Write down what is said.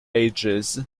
ages